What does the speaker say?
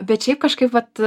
bet šiaip kažkaip vat